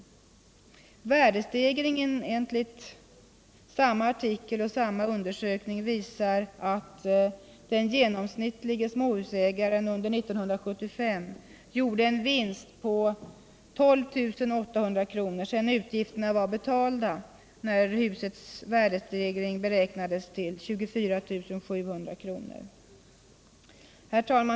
Värdestegringen enligt samma artikel och samma undersökning visar att den genomsnittlige småhusägaren under 1975 gjorde en vinst på 12 800 kr. sedan utgifterna betalts och husets värdestegring beräknats till 24 700 kr. Herr talman!